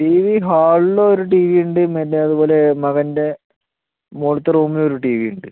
tea V ഹാളിൽ ഒരു T V ഉണ്ട് മറ്റേ അതുപോലെ മകൻ്റെ മുകളിലത്തെ റൂമിൽ ഒരു ടി വി ഉണ്ട്